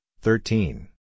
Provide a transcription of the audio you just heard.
thirteen